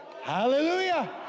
Hallelujah